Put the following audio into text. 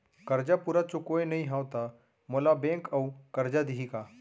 करजा पूरा चुकोय नई हव त मोला बैंक अऊ करजा दिही का?